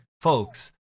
folks